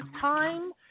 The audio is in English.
time